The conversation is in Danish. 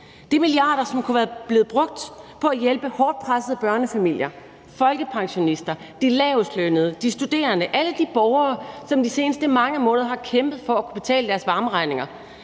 Det er milliarder, som kunne være blevet brugt på at hjælpe hårdt pressede børnefamilier, folkepensionister, de lavestlønnede, de studerende, alle de borgere, som de seneste mange måneder har kæmpet for at kunne betale deres varmeregninger,